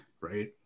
Right